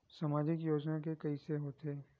सामाजिक योजना के कइसे होथे?